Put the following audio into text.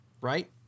Right